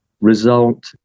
result